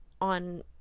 on